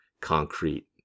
concrete